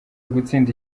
gutsinda